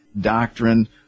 doctrine